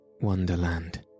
WONDERLAND